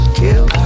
kill